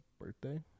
birthday